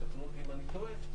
ותקנו אותי אם אני טועה,